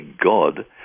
god